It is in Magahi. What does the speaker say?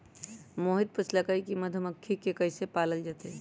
मोहित पूछलकई कि मधुमखि के कईसे पालल जतई